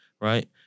Right